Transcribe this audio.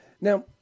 Now